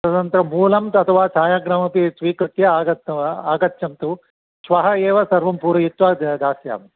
तदनन्तरं मूलम् अथवा छायाग्रहमपि स्वीकृत्य आगत्वा आगछन्तु श्वः एव सर्वं पूरयित्वा दास्यामि